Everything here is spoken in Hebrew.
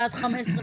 בה"ד 15,